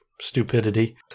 stupidity